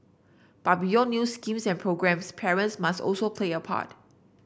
but beyond new schemes and programmes parents must also play a part